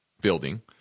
building